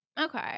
Okay